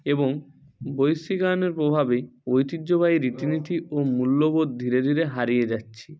এবং বিশ্বায়নের প্রভাবেই ঐতিহ্যবাহী রীতিনীতি ও মূল্যবোধ ধীরে ধীরে হারিয়ে যাচ্ছে